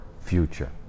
future